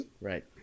Right